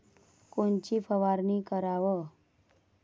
कोनची फवारणी कराव?